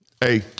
Hey